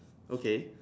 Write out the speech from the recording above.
okay